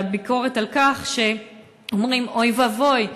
והביקורת היא על כך שאומרים: אוי ואבוי,